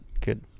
good